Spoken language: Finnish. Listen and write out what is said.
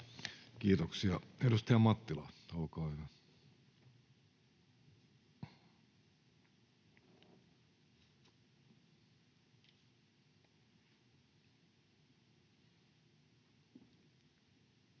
Kiitoksia. — Edustaja Mattila, olkaa hyvä.